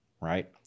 right